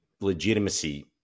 legitimacy